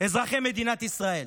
אזרחי מדינת ישראל.